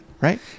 Right